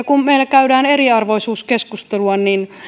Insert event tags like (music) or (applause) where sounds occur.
(unintelligible) kun meillä käydään eriarvoisuuskeskustelua